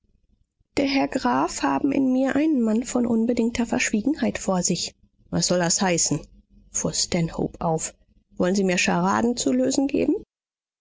der herr graf haben in mir einen mann von unbedingter verschwiegenheit vor sich was soll das heißen fuhr stanhope auf wollen sie mir scharaden zu lösen geben